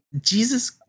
Jesus